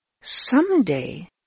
someday